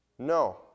No